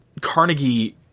Carnegie